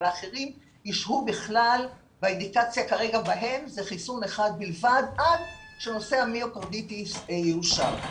וההמלצה כרגע בהם זה חיסון אחד בלבד עד שנושא המיוקרדיטיס יאושר.